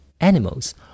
animals